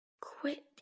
Quit